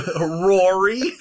Rory